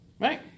Right